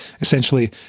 essentially